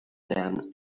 damn